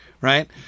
right